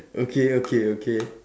okay okay okay